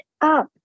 up